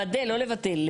לוודא, לא לבטל.